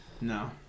No